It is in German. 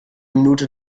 minute